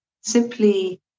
Simply